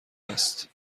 است